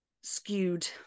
skewed